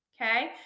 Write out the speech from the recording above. Okay